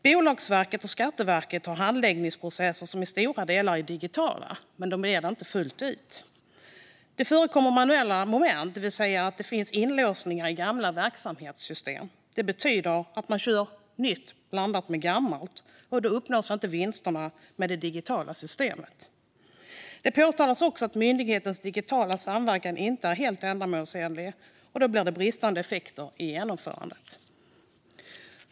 Bolagsverket och Skatteverket har handläggningsprocesser som i stora delar är digitala, men de är det inte fullt ut. Det förekommer manuella moment, det vill säga det finns inlåsningar i gamla verksamhetssystem. Det betyder att man kör nytt blandat med gammalt, och då uppnås inte vinsterna med det digitala systemet. Det påtalas också att myndigheternas digitala samverkan inte är helt ändamålsenlig, vilket medför bristande effektivitet i genomförandet.